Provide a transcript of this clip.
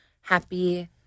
happy